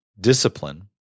discipline